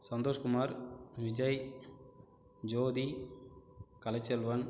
Santhoshkumar Vijay Jothi Kalaiselvan